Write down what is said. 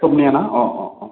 सबनैहा ना अह अह अह